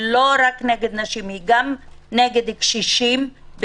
אלא הכלים של ההתמודדות עם